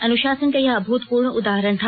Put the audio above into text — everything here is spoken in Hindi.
अनुशासन का यह अभूतपूर्व उदाहरण था